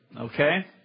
okay